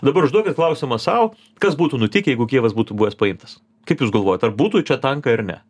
dabar užduokit klausimą sau kas būtų nutikę jeigu kijevas būtų buvęs paimtas kaip jūs galvojat ar būtų čia tankai ar ne